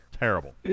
terrible